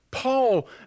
Paul